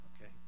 okay